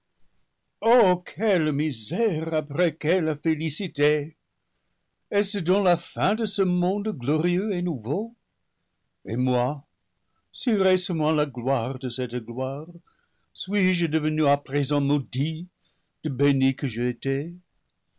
oh quelle misère après quelle félicité est-ce donc la fin de ce monde glorieux et nouveau et moi si récemment la gloire de cette gloire suis-je devenu à présent maudit de béni que j'étais